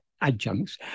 adjuncts